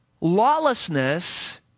Lawlessness